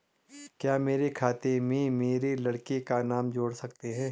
क्या मेरे खाते में मेरे लड़के का नाम जोड़ सकते हैं?